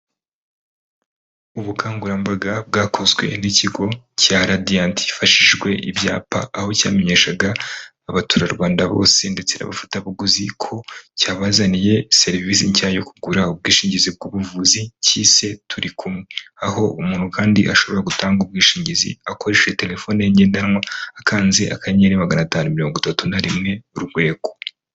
Ubukangurambaga bwakozwe n'ikigo cya Radiant hifashishijwe ibyapa, aho cyamenyeshaga abaturarwanda bose ndetse n'abafatabuguzi, ko cyabazaniye serivisi nshya yo kugura ubwishingizi ku buvuzi cyise turi kume. Aho umuntu kandi ashobora gutanga ubwishingizi akoresheje terefone ye ngendanwa akanze akanyeri, magana atanu mirongo itatu na rimwe, urwego.